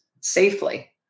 safely